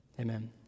Amen